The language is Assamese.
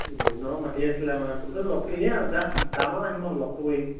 সি বহুত দিনৰ পৰা মাতি আছিলে মানে পুটুককেনে লগটো ইনেই আৰু জাষ্ট যাম আৰু আহিম আৰু লগটো কৰি আহিম